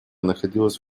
находилась